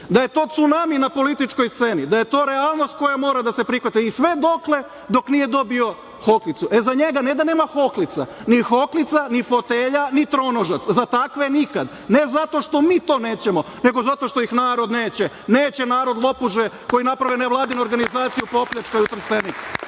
da je to cunami na političkoj sceni, da je to realnost koja mora da se prihvati i sve dok nije dobio hoklicu. E, za njega ne da nema hoklica, ni hoklica ni fotelja, ni tronožac za takve nikad, ne zato što mi nećemo, nego zato što ih narod neće. Neće narod lopuže koji naprave nevladinu organizaciju pa opljačkaju Trstenik.